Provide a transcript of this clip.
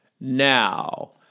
Now